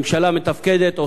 הממשלה מתפקדת,